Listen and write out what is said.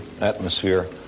atmosphere